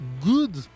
Good